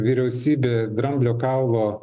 vyriausybė dramblio kaulo